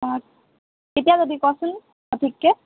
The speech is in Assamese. অঁ কেতিয়া যাবি কচোন সঠিককৈ